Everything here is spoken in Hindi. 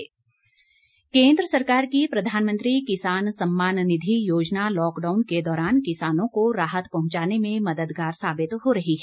योजना केन्द्र सरकार की प्रधानमंत्री किसान सम्मान निधि योजना लॉकडाउन के दौरान किसानों को राहत पहुंचाने में मददगार साबित हो रही है